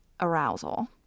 arousal